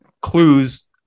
Clues